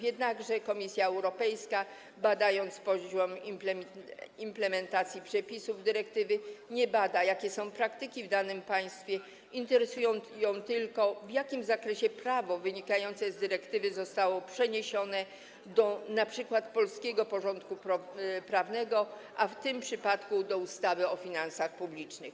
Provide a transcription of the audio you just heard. Jednakże Komisja Europejska, badając poziom implementacji przepisów dyrektywy, nie bada, jakie są praktyki w danym państwie, interesuje ją tylko to, w jakim zakresie prawo wynikające z dyrektywy zostało przeniesione do np. polskiego porządku prawnego, a w tym przypadku do ustawy o finansach publicznych.